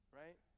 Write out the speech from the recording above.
right